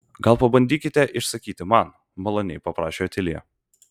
gal pabandykite išsakyti man maloniai paprašė otilija